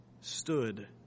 stood